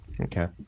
okay